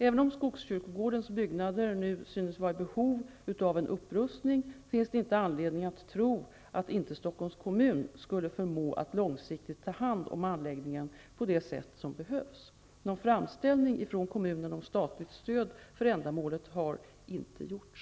Även om Skogskyrkogårdens byggnader nu synes vara i behov av en upprustning finns det inte anledning att tro att inte Stockholms kommun skulle förmå att långsiktigt ta hand om anläggningen på det sätt som behövs. Någon framställning från kommunen om statligt stöd för ändamålet har inte gjorts.